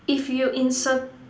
if you insert